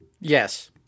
Yes